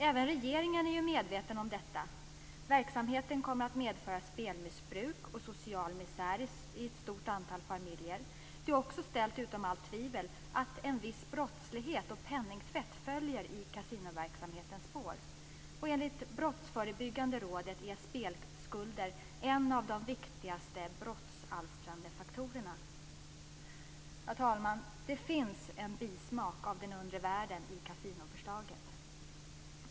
Även regeringen är ju medveten om detta. Verksamheten kommer att medföra spelmissbruk och social misär i ett stort antal familjer. Det är också ställt utom allt tvivel att en viss brottslighet och penningtvätt följer i kasinoverksamhetens spår. Enligt Brottsförebyggande rådet är spelskulder en av de viktigaste brottsalstrande faktorerna. Fru talman! Det finns en bismak av den undre världen i kasinoförslaget.